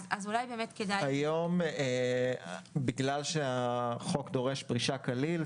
היום בגלל שהחוק דורש פרישה כליל,